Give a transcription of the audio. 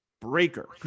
Breaker